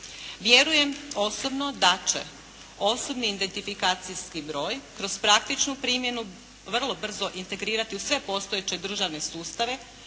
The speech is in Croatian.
Vjerujem osobno da će, osobni identifikacijski broj kroz praktičnu primjenu vrlo brzo integrirati u sve postojeće državne sustave,